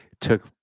took